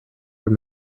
from